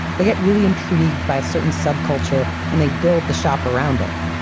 they'd get really intrigued by a certain subculture and they'd build the shop around it.